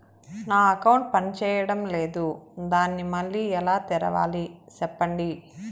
నా అకౌంట్ పనిచేయడం లేదు, దాన్ని మళ్ళీ ఎలా తెరవాలి? సెప్పండి